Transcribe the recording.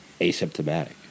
asymptomatic